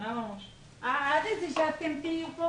עוד פעם,